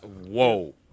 Whoa